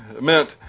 meant